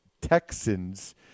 Texans